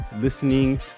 listening